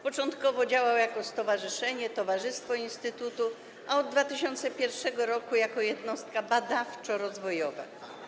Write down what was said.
Początkowo działał jako stowarzyszenie, towarzystwo instytutu, a od 2001 r. jako jednostka badawczo-rozwojowa.